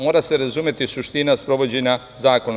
Mora se razumeti suština sprovođenja zakona.